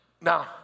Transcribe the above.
Now